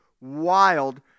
wild